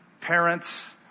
parents